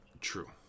True